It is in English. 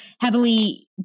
heavily